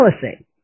policy